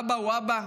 אבא הוא אבא,